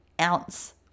ounce